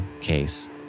case